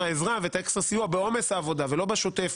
עזרה ואת האקסטרה סיוע בעומס העבודה ולא בשוטף